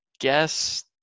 guess